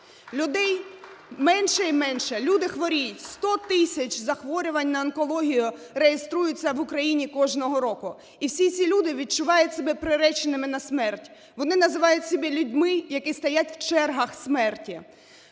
Людей меншає і меншає, люди хворіють. Сто тисяч захворювань на онкологію реєструється в Україні кожного року, і всі ці люди відчувають себе приреченими на смерть, вони називають себе людьми, які стоять в "чергах смерті".